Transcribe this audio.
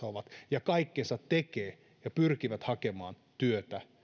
ovat kaikkein heikoimmassa asemassa ja kaikkensa tekevät ja pyrkivät hakemaan työtä